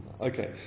Okay